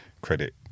credit